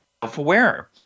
self-aware